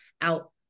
out